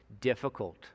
difficult